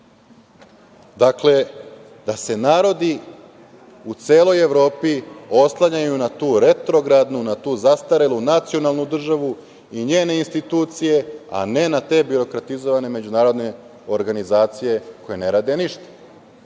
krizama da se narodi u celoj Evropi oslanjaju na tu retrogradnu, na tu zastarelu, nacionalnu državu i njene institucije, a ne na te birokratizovane međunarodne organizacije koje ne rade